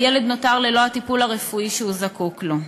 הילד נותר ללא הטיפול הרפואי שהוא זקוק לו.